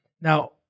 Now